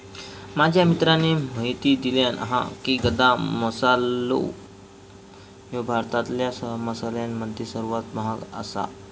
माझ्या मित्राने म्हायती दिल्यानं हा की, गदा मसालो ह्यो भारतातल्या मसाल्यांमध्ये सर्वात महाग आसा